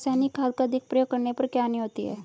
रासायनिक खाद का अधिक प्रयोग करने पर क्या हानि होती है?